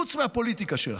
חוץ מהפוליטיקה שלכם?